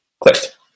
clicked